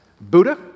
Buddha